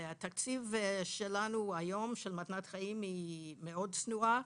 התקציב של מתנת חיים היום הוא מאוד צנוע,